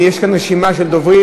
יש כאן רשימה של דוברים.